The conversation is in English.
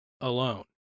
alone